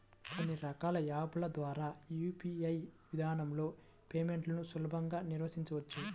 కొన్ని రకాల యాప్ ల ద్వారా యూ.పీ.ఐ విధానంలో పేమెంట్లను సులభంగా నిర్వహించవచ్చు